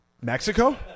Mexico